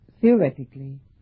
theoretically